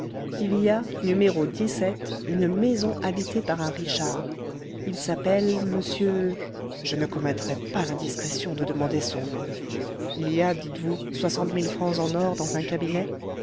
il y a numéro une maison habitée par un richard il s'appelle monsieur je ne commettrai pas l'indiscrétion de demander son nom il y a dites-vous soixante mille francs en or dans un cabinet